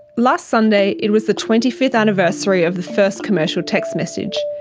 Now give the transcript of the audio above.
last sunday it was the twenty fifth anniversary of the first commercial text message.